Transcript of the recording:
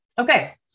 Okay